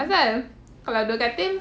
asal kalau dua katil